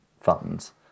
funds